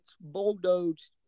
bulldozed